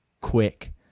quick